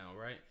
right